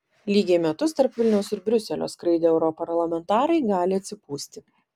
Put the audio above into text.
lygiai metus tarp vilniaus ir briuselio skraidę europarlamentarai gali atsipūsti